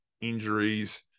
injuries